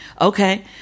Okay